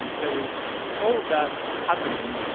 there is all of that happening.